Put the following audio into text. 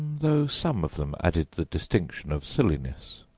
though some of them added the distinction of silliness.